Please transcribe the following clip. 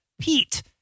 Pete